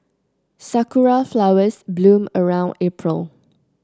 sakura flowers bloom around April